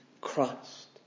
Christ